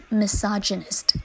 misogynist